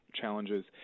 challenges